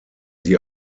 sie